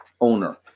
owner